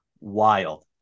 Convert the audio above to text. wild